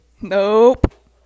nope